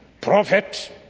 prophet